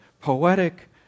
Poetic